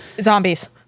Zombies